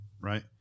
right